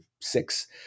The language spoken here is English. six